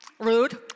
rude